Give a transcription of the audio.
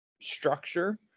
structure –